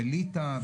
בליטא,